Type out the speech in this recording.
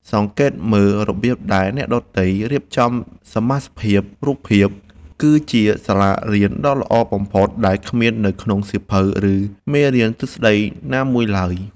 សង្កេតមើលរបៀបដែលអ្នកដទៃរៀបចំសមាសភាពរូបភាពគឺជាសាលារៀនដ៏ល្អបំផុតដែលគ្មាននៅក្នុងសៀវភៅ ឬ មេរៀនទ្រឹស្តីណាមួយឡើយ។